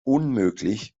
unmöglich